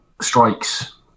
strikes